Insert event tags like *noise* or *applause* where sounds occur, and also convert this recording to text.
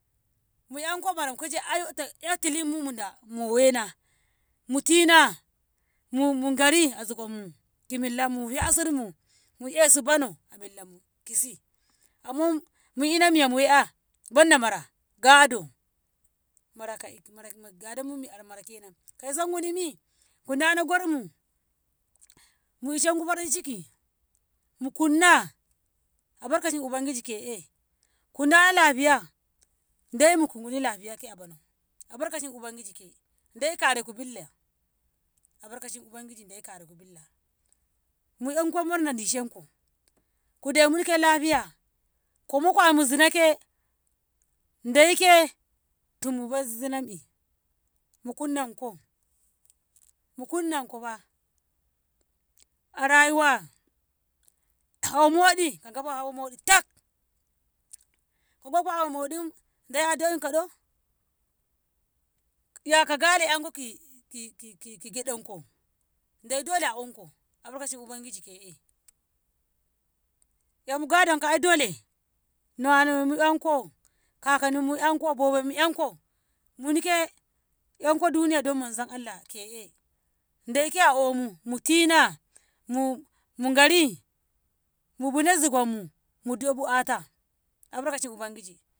Mu 'yanko mara mukeje ai yoto tilimum muda mu wena, mutina mugari a zigonmu ki millanmu fe asirmu, mu e'su bono a bellanbu kisi amman ina miya muwe 'ya banda mara gado maraka- mara gadonmu mara kenan. kauso gunimi kudano gormu mu ishenku farin ciki mukunna albarkaci ubangiji ke'e kuadawo lafiya dai mukguni lafiyake a bono albakashi ubangiji ke'e dai kareku bille albarkashi ubangiji me'e gareku bille mu 'yanko murda dishenku ku demuni ke lafiya komoko amu zinake daike *unintelligible* mukunnanko, mukunnoko fah. a rayuwa hawo mudi ga gaf hawo mudi tak, kogo haumoɗi dai a da'inko do yaka gale 'yanko ki- ki- ki kigeudan ko dai dole a unko albarka ubangiji ke'e yomu gadonko ai dole nawano'yanku kanimmu 'yanko bobomi yanko munike, 'yanko duniya da manzon allah ke'e daike a ommo mutina mu- mu gari muɗoda zigonmu daiko ata albarkaci ubangij.